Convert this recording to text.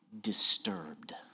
disturbed